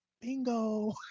bingo